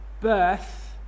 birth